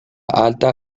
alta